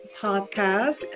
podcast